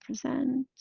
present